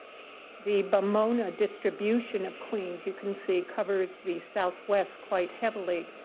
the bamona distribution of queens, you can see, covers the southwest quite heavily.